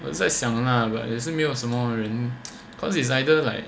我爱想 lah but 也是没有什么人 cause it's either like